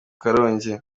karongi